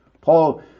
Paul